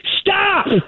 Stop